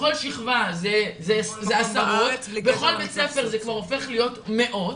כל שכבה זה עשרה ובכל בית ספר זה כבר הופך להיות מאות